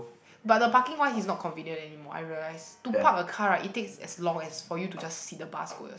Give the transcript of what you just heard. but the parking wise is not convenient anymore I realise to park a car right it takes as long as for you to just sit the bus go yours~